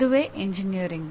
ಇದುವೇ ಎಂಜಿನಿಯರಿಂಗ್